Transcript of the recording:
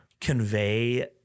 convey